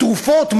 תרופות,